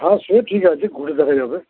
হ্যাঁ সে ঠিক আছে ঘুরে দেখা যাবে